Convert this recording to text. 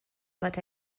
but